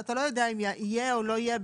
אתה לא יודע אם יהיה או לא יהיה,